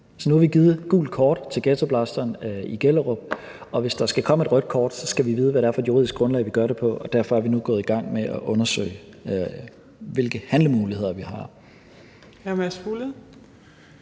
Så nu har vi givet gult kort til ghettoblasteren i Gellerup, og hvis der skal komme et rødt kort, skal vi vide, hvad det er for et juridisk grundlag, vi gør det på, og derfor er vi nu gået i gang med at undersøge, hvilke handlemuligheder vi har.